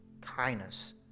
kindness